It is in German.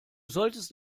solltest